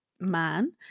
man